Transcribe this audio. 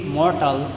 mortal